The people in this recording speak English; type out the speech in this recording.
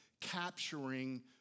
capturing